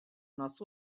nos